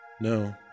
No